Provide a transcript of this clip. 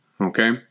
Okay